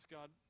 God